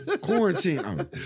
Quarantine